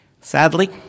Sadly